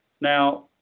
Now